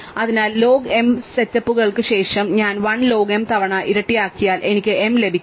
അതിനാൽ log m സ്റ്റെപ്പുകൾക്ക് ശേഷം ഞാൻ 1 ലോഗ് m തവണ ഇരട്ടിയാക്കിയാൽ എനിക്ക് m ലഭിക്കും